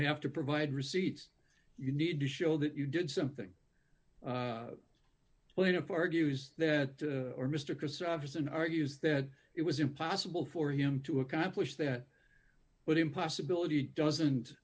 have to provide receipts you need to show that you did something plaintiff argues that mr christofferson argues that it was impossible for him to accomplish that but impassibility doesn't